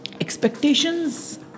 expectations